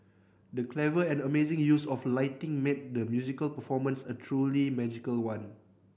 the clever and amazing use of lighting made the musical performance a truly magical one